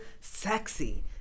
sexy